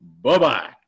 Bye-bye